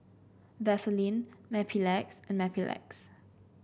Vaselin Mepilex and Mepilex